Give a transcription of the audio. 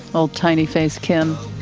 old tiny face. kim